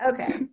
okay